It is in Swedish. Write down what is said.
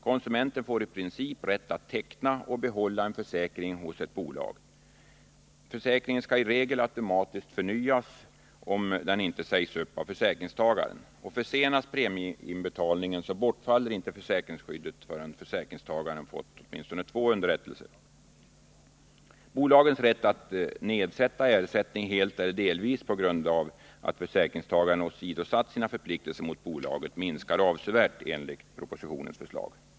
Konsumenten får i princip rätt att teckna och behålla en försäkring hos ett bolag. Försäkringen skall i regel förnyas automatiskt om den inte sägs upp av försäkringstagaren. Försenas premieinbetalningen bortfaller inte försäkringsskyddet förrän försäkringstagaren fått åtminstone två underrättelser. Bolagens rätt att nedsätta ersättning helt eller delvis på grund av att försäkringstagaren åsidosatt sina förpliktelser mot bolaget minskar avsevärt enligt propositionens förslag.